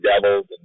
Devils